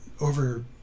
over